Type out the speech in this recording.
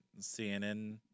CNN